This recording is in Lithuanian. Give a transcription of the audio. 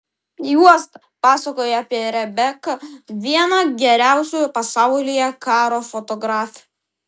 juosta pasakoja apie rebeką vieną geriausių pasaulyje karo fotografių